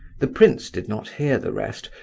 the prince did not hear the rest,